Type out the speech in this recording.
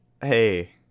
hey